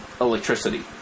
electricity